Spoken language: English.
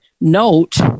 note